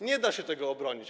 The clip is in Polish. Nie da się tego obronić.